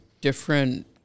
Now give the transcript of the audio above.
different